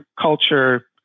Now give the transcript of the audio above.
culture